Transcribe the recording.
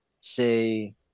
say